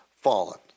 fallen